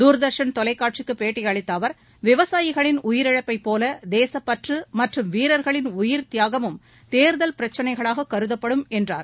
தூர்தர்ஷன் தொலைக்காட்சிக்கு பேட்டியளித்த அவர் விவசாயிகளின் உயிரிழப்பைப் போல தேசப்பற்று மற்றும் வீரர்களின் உயிர்த் தியாகமும் தேர்தல் பிரச்சினைகளாக கருதப்படும் என்றார்